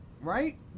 Right